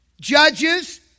judges